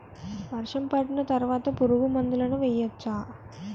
వర్షం పడిన తర్వాత పురుగు మందులను వేయచ్చా?